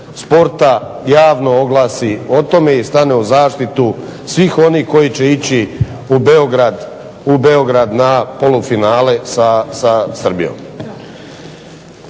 sporta javno oglasi o tome i stane u zaštitu svih onih koji će ići u Beograd na polufinale sa Srbijom.